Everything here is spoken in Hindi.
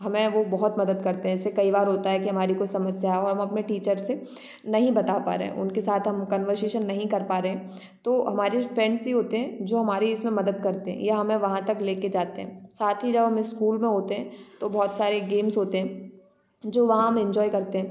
हमें वह बहुत मदद करते हैं जैसे कई बार होता है कि हमारे कोई समस्या हो और हम अपने टीचर से नहीं बता पा रहे हैं उनके साथ हम कन्वर्सेशन नहीं कर पा रहे तो हमारी फ्रेंड से होते हैं जो हमारे इसमें मदद करते हैं या हमें वहाँ तक लेकर जाते हैं साथ ही जब हम स्कूल में होते हैं तो बहुत सारे गेम्स होते हैं जो वहाँ हम एंजॉय करते हैं